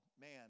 man